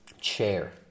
chair